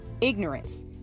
Ignorance